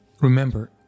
Remember